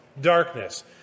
darkness